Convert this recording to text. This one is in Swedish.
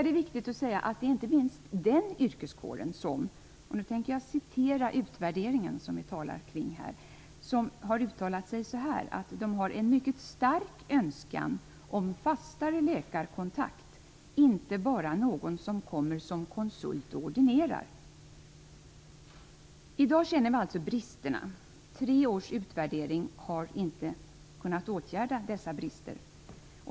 Det är viktigt att säga att det är inte minst den yrkeskåren som har uttalat sig - och nu citerar jag utredningen - om att de har en mycket stark önskan om fastare läkarkontakt, inte bara någon som kommer som konsult och ordinerar. I dag känner vi bristerna. Tre års utvärdering har inte kunnat åtgärda dessa brister.